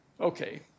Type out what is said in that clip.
Okay